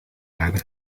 waren